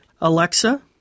Alexa